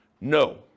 No